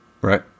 Right